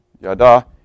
Yada